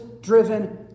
Driven